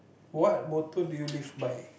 what motto do you live by